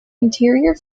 interior